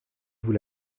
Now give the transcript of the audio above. vous